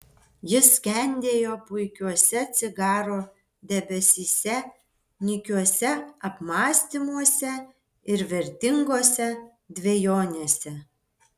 jis skendėjo puikiuose cigaro debesyse nykiuose apmąstymuose ir vertingose dvejonėse